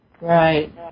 Right